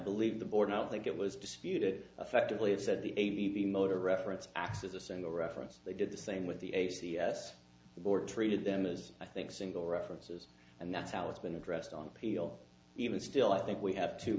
believe the board now think it was disputed effectively it said the a b b motor reference acts as a single reference they did the same with the a c s the board treated them as i think single references and that's how it's been addressed on appeal even still i think we have two